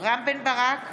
רם בן ברק,